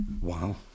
Wow